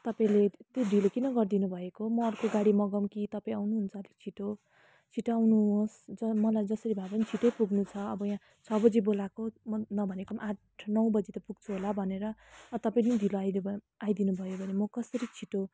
तपाईँले त्यत्ति ढिलो किन गरिदिनु भएको म अर्को गाडी मगाउँ कि तपाईँ आउनु हुन्छ अलिक छिटो छिटो आउनुहोस् ज मलाई जसरी भए पनि छिट्टै पुग्नु छ अब यहाँ छ बजी बोलाएको म नभनेको पनि आठ नौ बजी त पुग्छु होला भनेर तपाईँ नै ढिलो आइदियो भ आइदिनु भयो भने म कसरी छिटो